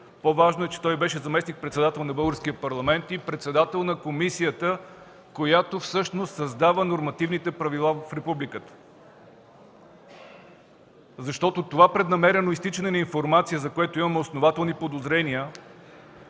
по-важно е, че той беше заместник-председател на Българския парламент и председател на комисията, която всъщност създава нормативните правила в Републиката. Защото това преднамерено изтичане на информация, за което имаме основателни подозрения,